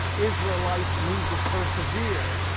israelites need to persevere.